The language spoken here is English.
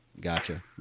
Gotcha